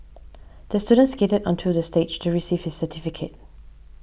the student skated onto the stage to receive his certificate